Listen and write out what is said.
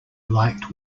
liked